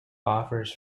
offers